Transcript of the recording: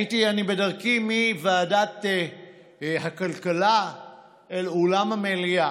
הייתי בדרכי מוועדת הכלכלה אל אולם המליאה.